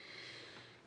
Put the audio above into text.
כן.